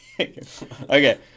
Okay